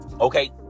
Okay